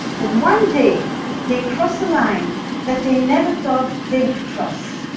but one day they cross a line that they never thought they would cross,